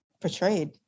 portrayed